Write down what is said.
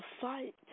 fight